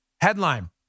Headline